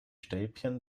stäbchen